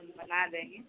हम बना देंगे